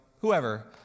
whoever